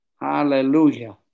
Hallelujah